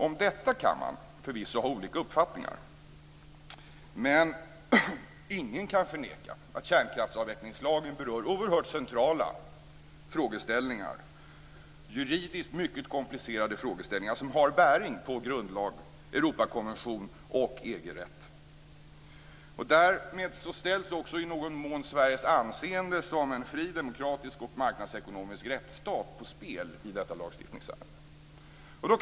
Om detta kan man förvisso ha olika uppfattningar, men ingen kan förneka att kärnkraftsavvecklingslagen berör oerhört centrala och juridiskt mycket komplicerade frågeställningar som har bäring på grundlag, Europakonvention och EG-rätt. Därmed ställs också i någon mån Sveriges anseende som en fri, demokratisk och marknadsekonomisk rättsstat på spel i detta lagstiftningsärende.